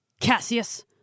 Cassius